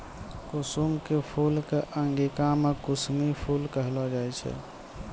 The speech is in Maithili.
कुसुम के फूल कॅ अंगिका मॅ कुसमी फूल कहलो जाय छै